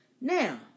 Now